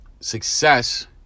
success